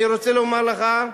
אני רוצה לומר לך,